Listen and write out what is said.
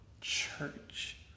church